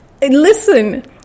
Listen